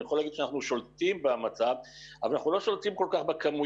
אני יכול להגיד שאנחנו שולטים במצב אבל אנחנו לא שולטים כל כך בכמויות,